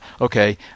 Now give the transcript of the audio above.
okay